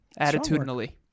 Attitudinally